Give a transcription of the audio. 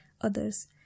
others